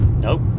Nope